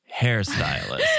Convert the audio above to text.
hairstylist